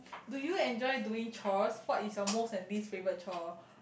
do you enjoy doing chores what is your most and least favorite chore